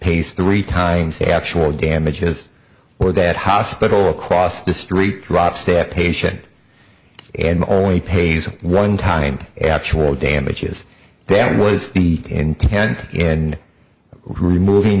pays three times the actual damages or that hospital across the street drops staff patient and only pays one time actual damages band was the intent and removing